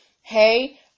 hey